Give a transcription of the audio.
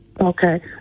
okay